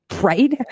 right